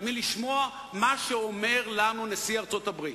0:10. אני זוכר את זה כאוהד "מכבי תל-אביב",